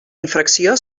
infracció